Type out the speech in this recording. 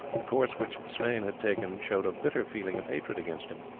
the course which sweyn had taken showed a bitter feeling of hatred against him,